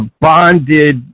bonded